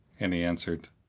and he answered,